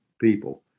people